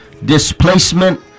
displacement